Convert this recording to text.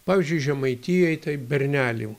pavyzdžiui žemaitijoj tai bernelių